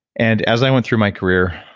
and as i went through my career,